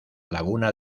laguna